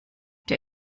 der